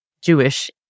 Jewish